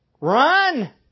Run